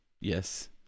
Yes